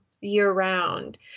year-round